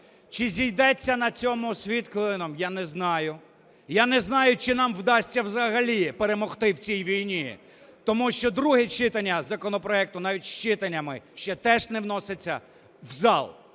Чи зійдеться на цьому світ клином, я не знаю. Я не знаю, чи нам вдасться взагалі перемогти в цій війні, тому що друге читання законопроекту, навіть з читаннями, ще теж не вноситься в зал